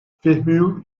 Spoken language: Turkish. fehmiu